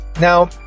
Now